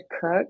cook